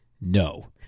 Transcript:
no